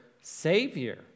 savior